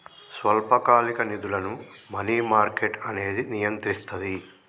స్వల్పకాలిక నిధులను money market అనేది నియంత్రిస్తది